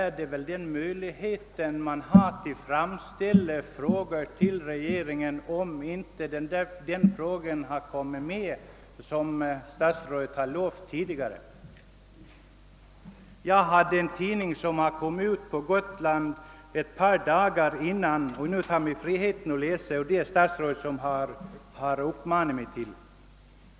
Jag har framställt min interpellation till herr statsrådet, då jag såg att frågan om Gotlands trafikproblem inte fanns med i statsverkspropositionen. Statsrådet har föranlett mig att citera en gotländsk tidning från den 16 januari i år.